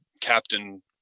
captain